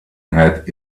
hat